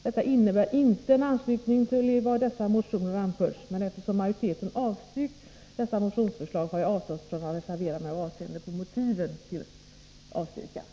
Detta innebär inte en anslutning till vad i dessa motioner anförts, Men eftersom majoriteten avstyrkt dessa motionsförslag har jag avstått från att reservera mig med avseende på motiven för avstyrkan.